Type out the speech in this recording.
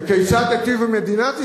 וכיצד היטיבה מדינת ישראל?